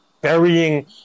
burying